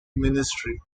ministry